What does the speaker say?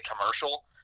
commercial